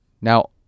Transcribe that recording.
now